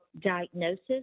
diagnosis